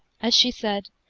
as she said,